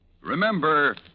Remember